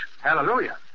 Hallelujah